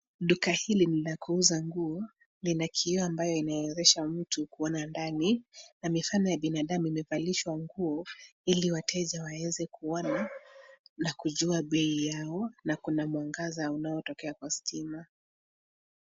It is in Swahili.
Duka hili ni la kuuza nguo, lina kioo ambayo inawezesha mtu kuona ndani na mifano ya binadamu imevalishwa nguo ili wateja waeze kuona na kujua bei yao na kuna mwangaza unaotokea wa stima.